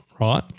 right